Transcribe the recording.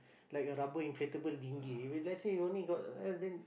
like a rubber inflatable dinghy if let's say you only got life then